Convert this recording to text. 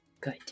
good